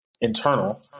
internal